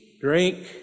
Drink